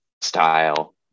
style